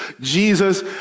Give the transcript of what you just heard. Jesus